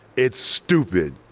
it's stupid.